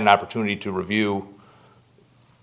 an opportunity to review